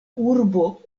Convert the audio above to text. urbo